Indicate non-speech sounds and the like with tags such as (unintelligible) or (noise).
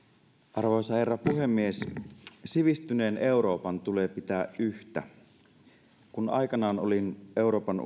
arvoisa herra puhemies sivistyneen euroopan tulee pitää yhtä kun aikanaan olin euroopan (unintelligible)